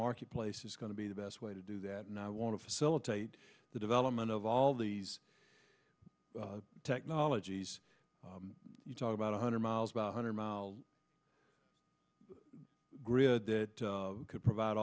marketplace is going to be the best way to do that and i want to facilitate the development of all these technologies you talk about a hundred miles about a hundred mile grid that could provide